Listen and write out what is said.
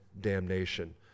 damnation